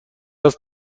است